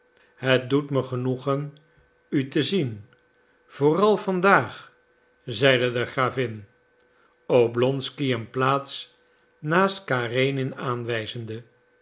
het doet me genoegen u te zien vooral vandaag zeide de gravin oblonsky een plaats naast karenin aanwijzende